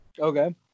Okay